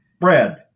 bread